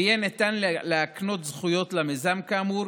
ויהיה ניתן להקנות זכויות למיזם כאמור